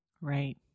Right